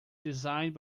designed